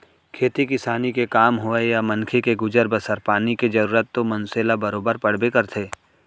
खेती किसानी के काम होवय या मनखे के गुजर बसर पानी के जरूरत तो मनसे ल बरोबर पड़बे करथे